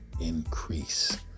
increase